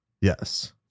yes